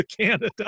Canada